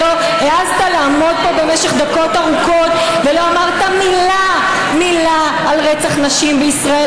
והעזת לעמוד פה במשך דקות ארוכות ולא אמרת מילה על רצח נשים בישראל,